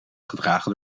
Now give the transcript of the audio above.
gedragen